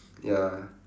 ya